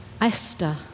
Esther